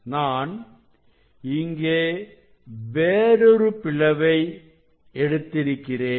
நான் இங்கே வேறொரு பிளவை எடுத்திருக்கிறேன்